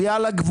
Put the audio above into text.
היא על הגבול,